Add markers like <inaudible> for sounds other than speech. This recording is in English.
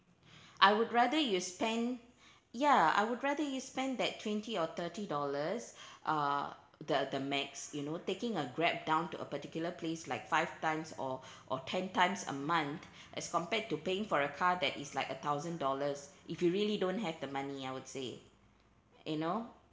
I would rather you spend ya I would rather you spend that twenty or thirty dollars <breath> uh the the max you know taking a Grab down to a particular place like five times or <breath> or ten times a month as compared to paying for a car that is like a thousand dollars if you really don't have the money I would say you know